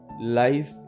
Life